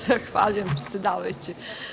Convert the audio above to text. Zahvaljujem predsedavajući.